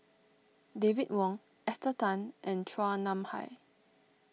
David Wong Esther Tan and Chua Nam Hai